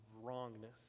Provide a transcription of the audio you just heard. wrongness